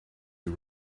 you